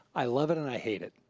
i love it and i hate it.